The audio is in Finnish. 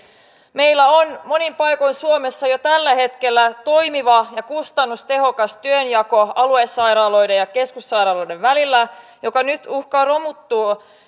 meillä on monin paikoin suomessa jo tällä hetkellä toimiva ja kustannustehokas työnjako aluesairaaloiden ja keskussairaaloiden välillä joka nyt uhkaa romuttua